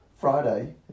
Friday